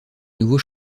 nouveau